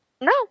No